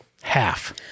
Half